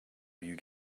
you